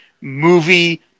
movie